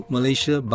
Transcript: Malaysia